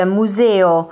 museo